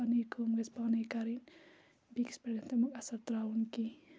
پَنٕنۍ کٲم گژھِ پانَے کَرٕنۍ بیٚکِس پٮ۪ٹھ گژھِ تَمیُک اَثر ترٛاوُن کیٚنٛہہ